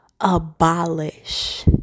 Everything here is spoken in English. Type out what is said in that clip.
abolish